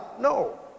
No